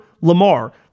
Lamar